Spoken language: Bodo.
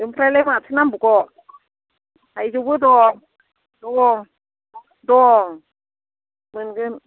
आमफ्राइलाय माथो नांबावगौ थाइजौबो दं दङ दं मोनगोन